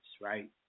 right